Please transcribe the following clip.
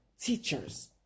teachers